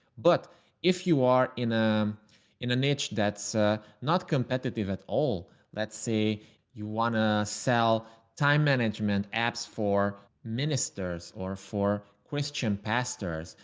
but if you are in a um in a niche that's not competitive at all, let's say you want to sell time management apps for ministers or for christian pastors,